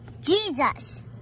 Jesus